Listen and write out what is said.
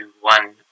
one